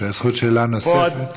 הזכות לשאלה נוספת.